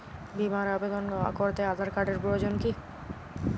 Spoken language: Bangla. বিমার আবেদন করতে আধার কার্ডের প্রয়োজন কি?